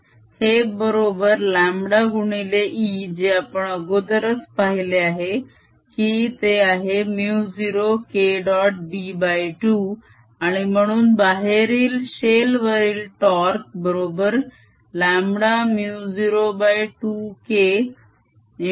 म्हणून हे बरोबर λ गुणिले E जे आपण अगोदरच पहिले आहे की ते आहे μ0Kडॉट b2 आणि म्हणून बाहेरील शेल वरील टोर्क़ बरोबर λμ02K